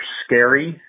scary